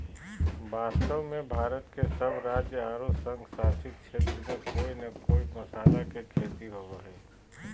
वास्तव में भारत के सब राज्य आरो संघ शासित क्षेत्र में कोय न कोय मसाला के खेती होवअ हई